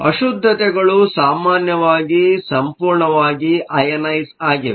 ಅಶುದ್ದತೆಗಳು ಸಾಮಾನ್ಯವಾಗಿ ಸಂಪೂರ್ಣವಾಗಿ ಅಯನೈಸ಼್ ಆಗಿವೆ